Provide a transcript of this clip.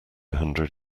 hundred